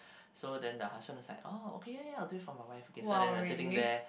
so then the husband was like oh okay ya ya I'll do it for my wife okay so then like sitting there